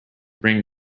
bring